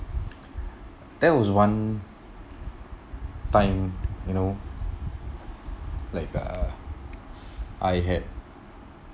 that was one time you know like uh I had